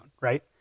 right